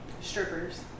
Strippers